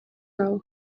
row